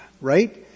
right